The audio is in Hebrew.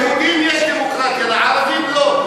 ליהודים יש דמוקרטיה, לערבים, לא.